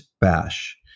bash